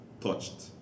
touched